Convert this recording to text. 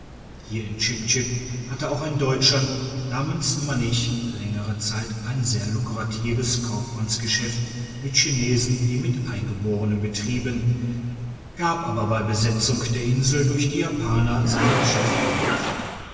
hier in chip chip hat auch ein deutscher namens mannich längere jahre ein sehr lukratives kaufmannsgeschäft mit chinesen wie mit eingeborenen betrieben gab aber bei besetzung der insel durch die japaner seine geschäfte auf